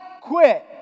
quit